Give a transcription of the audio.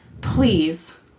please